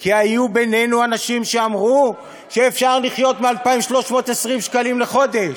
כי היו בינינו אנשים שאמרו שאפשר לחיות מ-2,320 שקלים לחודש,